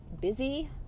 busy